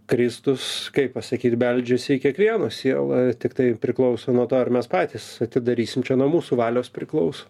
kristus kaip pasakyt beldžiasi į kiekvieno sielą tiktai priklauso nuo to ar mes patys atidarysim čia nuo mūsų valios priklaus